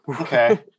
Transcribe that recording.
Okay